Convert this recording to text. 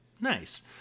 Nice